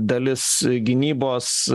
dalis gynybos